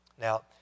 Now